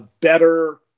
better